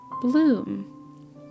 bloom